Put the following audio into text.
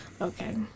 okay